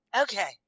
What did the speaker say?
Okay